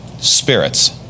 spirits